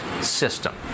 system